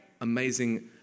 amazing